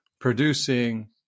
producing